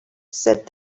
said